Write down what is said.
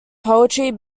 poetry